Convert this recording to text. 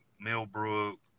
Millbrook